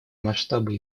масштабы